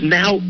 now